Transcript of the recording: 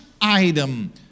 item